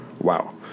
Wow